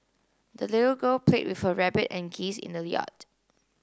the little girl played with her rabbit and geese in the yard